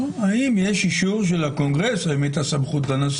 האם יש אישור של הקונגרס להביא את הסמכות לנשיא.